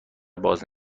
باز